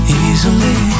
easily